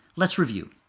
let's review.